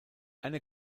eine